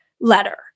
letter